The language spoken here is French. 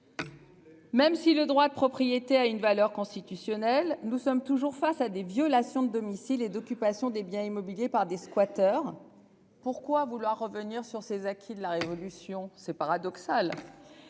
Même si le droit de propriété a une valeur constitutionnelle. Nous sommes toujours face à des violations de domicile et d'occupation des biens immobiliers par des squatters. Pourquoi vouloir revenir sur ces acquis de la révolution, c'est paradoxal.